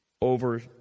over